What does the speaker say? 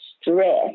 stress